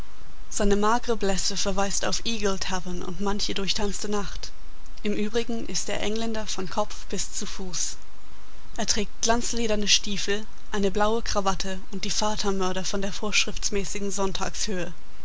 seine magre blässe verweist auf eagle tavern und manche durchtanzte nacht im übrigen ist er engländer von kopf bis zu fuß er trägt glanzlederne stiefel eine blaue krawatte und die vatermörder von der vorschriftsmäßigen